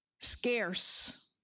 scarce